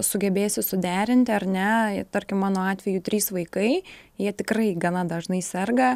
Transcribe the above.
sugebėsi suderinti ar ne tarkim mano atveju trys vaikai jie tikrai gana dažnai serga